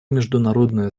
международное